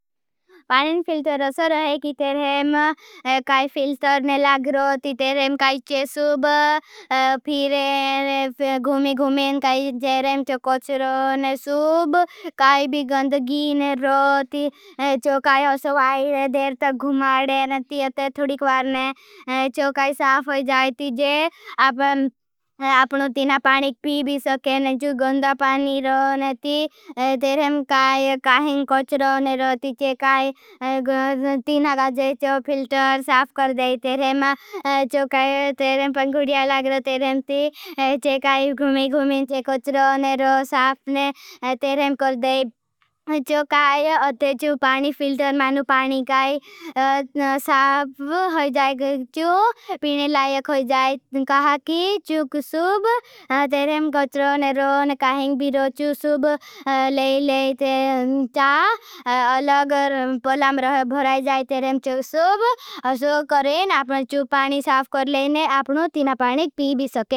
बानें फिल्टर असर है कि तेरेहें काई फिल्टर ने लाग रोती। तेरेहें काई चेसुब फीरें गुमी गुमें काई जेरें चोकोच रोने। सुब काई भी गंदगी ने रोती, चोकाई हसवाई देर तक घुमाडे नती। ते थोड़ी क्वार चोकाई साफ होई जायती। जे आपनों तीना पानी पी भी सके ने चो गंदा पानी रो नती। तेरेहें काई काई चेसुब फिल्टर ने लाग रोती। तेरेहें काई फिल्टर ने लाग रोती, तेरेहें काई पंगुडिया लाग रोती। तेरेहें काई गुमी गुमें काई चेसुब फिल्टर ने लाग र जाई। कहा कि चुक शूब तेरेहें कच्च रोने रोन, काईंग भी रो चुचुब ले ले ते चा। लागर पलाम भराई जाई, तेरेहें चुक शूब, असो करें। आपनों चुप पानी साफ कर लेने आपनों तीना पानी पी भी सके।